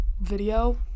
video